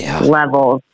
levels